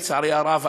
לצערי הרב,